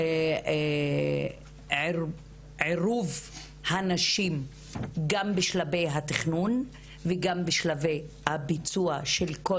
את עירוב הנשים גם בשלבי התכנון וגם בשלבי הביצוע של כל